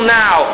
now